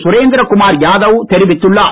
சுரேந்திரகுமார் யாதவ் தெரிவித்துள்ளார்